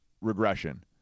regression